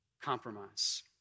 compromise